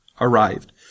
arrived